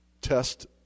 test